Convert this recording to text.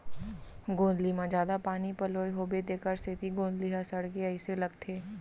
गोंदली म जादा पानी पलोए होबो तेकर सेती गोंदली ह सड़गे अइसे लगथे